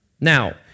Now